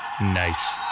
Nice